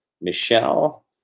Michelle